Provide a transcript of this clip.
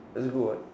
that's good what